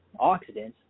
oxidants